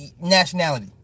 nationality